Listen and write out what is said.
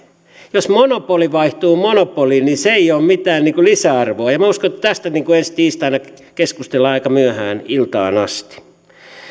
jos monopoli vaihtuu monopoliin niin se ei ole mitään lisäarvoa ja minä uskon että tästä ensi tiistaina keskustellaan aika myöhään iltaan asti